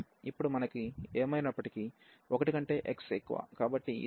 ఇప్పుడు మనకు ఏమైనప్పటికీ 1 కంటే x ఎక్కువ